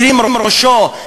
מרים ראשו,